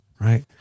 Right